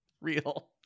Real